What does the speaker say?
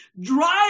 drive